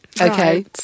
okay